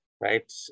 right